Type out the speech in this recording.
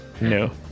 No